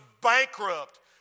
bankrupt